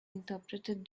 interpreted